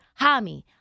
Hami